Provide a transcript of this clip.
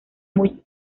muralla